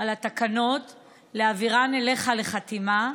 על התקנות והעבירן אליך לחתימה.